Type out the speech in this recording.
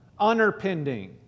underpending